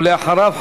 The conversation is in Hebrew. ולאחריו,